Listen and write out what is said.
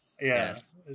Yes